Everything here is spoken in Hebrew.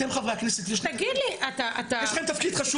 אתם חברי הכנסת יש לכם תפקיד חשוב.